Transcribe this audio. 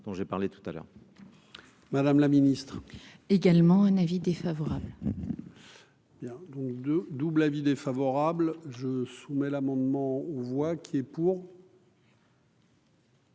dont j'ai parlé tout à l'heure. Madame la Ministre, également un avis défavorable. Bien don de double avis défavorable je soumets l'amendement on voit qui est pour.